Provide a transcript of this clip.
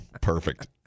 Perfect